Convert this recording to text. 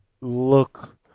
look